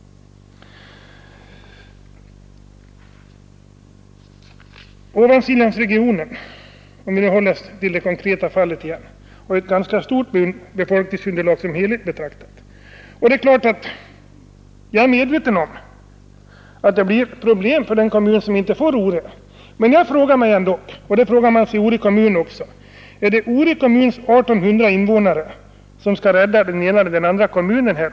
Ovansiljansregionen — om vi nu håller oss till det konkreta fallet igen — har ett ganska stort befolkningsunderlag som helhet betraktat. Det är klart att jag är medveten om att det blir problem för den kommun som inte får Ore, men jag frågar mig ändå, och det gör man i Ore kommun också: Är det Ore kommuns 1 800 innevånare som skall rädda den ena eller den andra kommunen här?